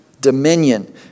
dominion